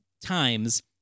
times